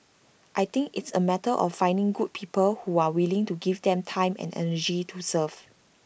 I think it's A matter of finding good people who are willing to give their time and energy to serve